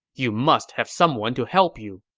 you must have someone to help you.